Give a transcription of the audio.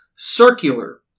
circular